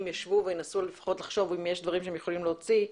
ישבו וינסו לפחות לחשוב אם יש דברים שהם יכולים להוציא,